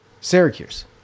Syracuse